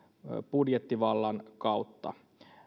budjettivallan kautta